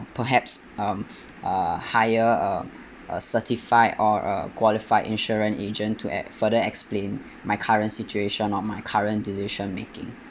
perhaps um a higher or a certified or a qualified insurance agent to ac~ further explain my current situation on my current decision making